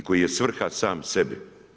I koji je svrha sam sebi.